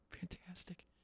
Fantastic